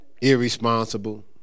Irresponsible